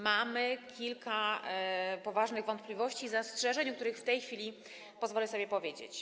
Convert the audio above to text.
Mamy jednak kilka poważnych wątpliwości i zastrzeżeń, o których w tej chwili pozwolę sobie powiedzieć.